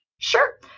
Sure